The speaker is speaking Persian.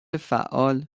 فعال